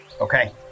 Okay